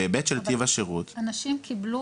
בהיבט של טיב השירות --- אבל אנשים קיבלו